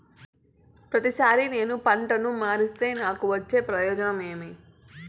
ప్రతిసారి నేను పంటను మారిస్తే నాకు వచ్చే ప్రయోజనం ఏమి?